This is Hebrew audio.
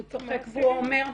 הוא צוחק ואומר,